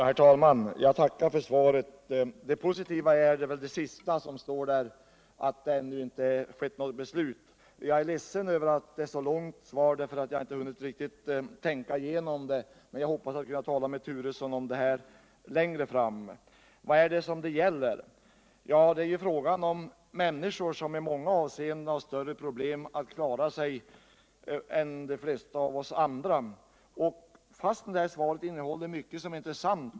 Herr talman! Jag tackar för svaret på min fråga. Det positiva i svaret är vil det sista beskedet. att det ännu inte fattats något beshuit. Jag är ledsen över att svaret var så långt — jag har därför inte riktigt hunnit tänka igenom det, men jag hoppas kunna tala med Bo Turesson om denna fråga senare. Vad är det som det här gäller? Jo. det är fråga om människor som i många avseenden har större problem med att klara sig än de flesta av oss andra. Fastän svaret innehåller mycket som är intressant.